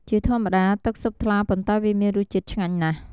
ជាធម្មតា ទឹកស៊ុបថ្លាប៉ុន្តែវាមានរសជាតិឆ្ងាញ់ណាស់។